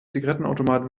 zigarettenautomat